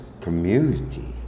community